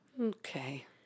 Okay